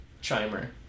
chimer